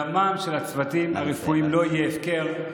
דמם של הצוותים הרפואיים לא יהיה הפקר.